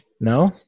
No